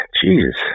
Jesus